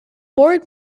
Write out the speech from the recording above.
board